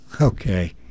okay